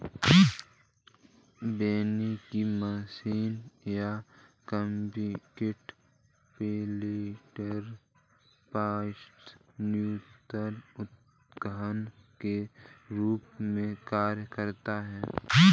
बोने की मशीन ये कॉम्पैक्ट प्लांटर पॉट्स न्यूनतर उद्यान के रूप में कार्य करते है